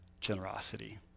generosity